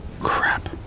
crap